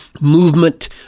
movement